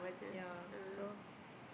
yea so